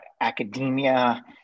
academia